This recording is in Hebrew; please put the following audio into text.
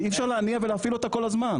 ואי אפשר להניע ולהפעיל אותה כל הזמן.